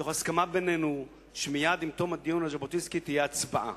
תוך הסכמה בינינו שמייד עם תום הדיון על ז'בוטינסקי תהיה הצבעה.